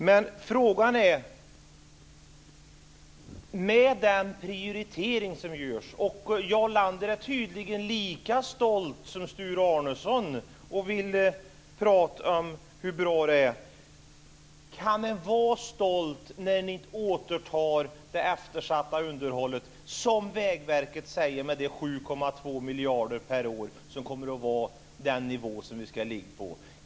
Jarl Lander är tydligen lika stolt som Sture Arnesson över den prioritering som görs och vill prata om hur bra det är. Men frågan är: Kan man vara stolt när man inte återtar det eftersatta underhållet med, som Vägverket säger, de 7,2 miljarder per år som kommer att vara den nivå som vi ska ligga på?